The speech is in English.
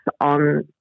on